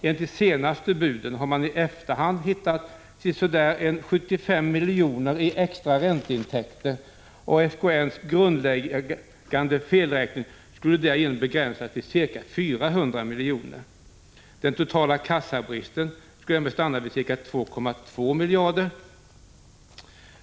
Enligt de senaste buden har man i efterhand hittat si så där 75 miljoner extra i ränteintäkter, och SKN:s grundläggande felräkning skulle därigenom begränsas till ca 400 miljoner. Den totala kassabristen skulle därmed stanna vid ca 2,2 miljarder.